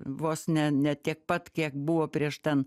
vos ne ne tiek pat kiek buvo prieš ten